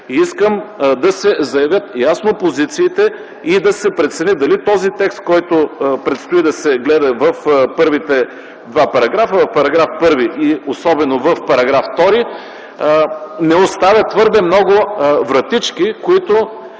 Искам да се заявят ясно позициите и да се прецени дали този текст, който предстои да се гледа в първите два параграфа -§ 1 и особено в § 2, не оставя твърде много вратички, които